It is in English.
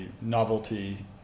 novelty